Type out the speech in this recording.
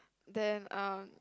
then um